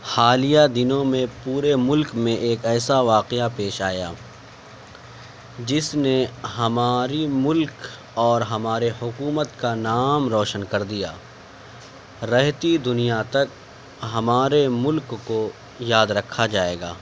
حالیہ دنوں میں پورے ملک میں ایک ایسا واقعہ پیش آیا جس نے ہماری ملک اور ہمارے حکومت کا نام روشن کر دیا رہتی دنیا تک ہمارے ملک کو یاد رکھا جائے گا